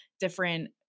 different